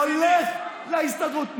הולך להסתדרות.